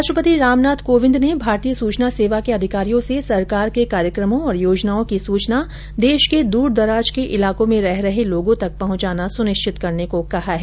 राष्ट्रपति रामनाथ कोविंद ने भारतीय सूचना सेवा के अधिकारियों से सरकार के कार्यक्रमों और योजनाओं की सूचना देश के दूर दराज के इलाकों में रह रहे लोगों तक पहुंचाना सुनिश्चित करने को कहा है